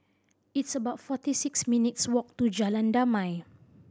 it's about forty six minutes' walk to Jalan Damai